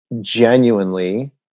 genuinely